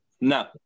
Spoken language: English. No